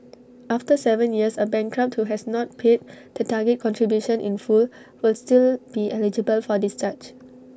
after Seven years A bankrupt who has not paid the target contribution in full will still be eligible for discharge